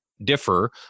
differ